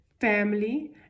family